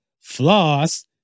Floss